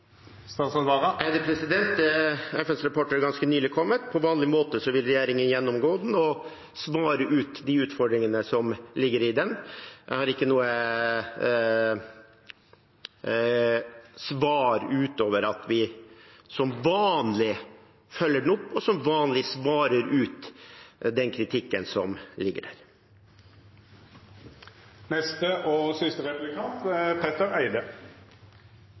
FNs rapport har ganske nylig kommet. På vanlig måte vil regjeringen gjennomgå den og svare ut de utfordringene som ligger i den. Jeg har ikke noe svar utover at vi som vanlig følger den opp, og som vanlig svarer ut den kritikken som ligger der. Jeg skal følge opp det representanten fra Senterpartiet nettopp tok opp, og det er